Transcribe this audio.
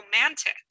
romantic